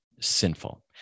sinful